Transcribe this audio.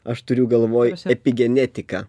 aš turiu galvoj epigenetiką